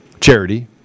Charity